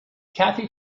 cathy